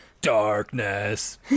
Darkness